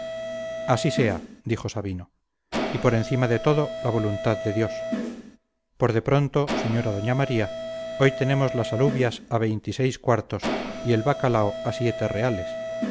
así sea dijo sabino y por encima de todo la voluntad de dios por de pronto señora doña maría hoy tenemos las alubias a veintiséis cuartos y el bacalao a siete reales